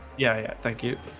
yeah. yeah. thank you